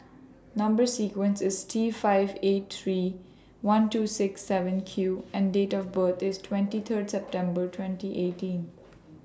Number sequence IS T five eight three one two six seven Q and Date of birth IS twenty three September twenty eighteen